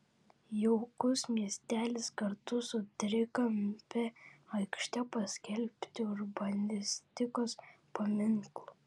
jaukus miestelis kartu su trikampe aikšte paskelbti urbanistikos paminklu